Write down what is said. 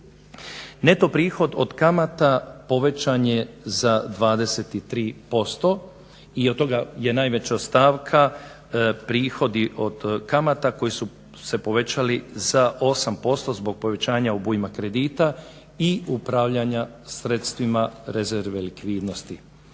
Neto prihod od kamata povećan je za 23% i od toga je najveća stavka prihodi od kamata koji su se povećali za 8% zbog povećanja obujma kredita i upravljanja sredstvima rezerve likvidnosti.